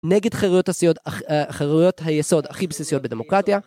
נגד חירויות היסוד הכי בסיסיות בדמוקרטיה